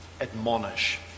admonish